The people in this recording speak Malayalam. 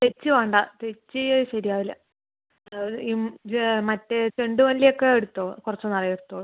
തെച്ചി വേണ്ട തെച്ചി ശരി ആവില്ല അത് മറ്റെ ചെണ്ടുമല്ലി ഒക്ക എടുത്തോ കുറച്ച് നിറയെ എടുത്തോ